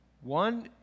One